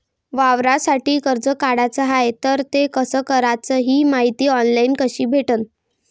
वावरासाठी कर्ज काढाचं हाय तर ते कस कराच ही मायती ऑनलाईन कसी भेटन?